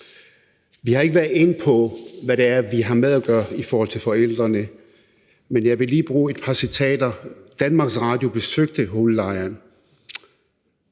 Vi har ikke været inde på, hvad det er, vi har med at gøre i forhold til forældrene, men jeg vil lige læse et par citater op. Danmarks Radio har besøgt al-Hol-lejren,